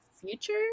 future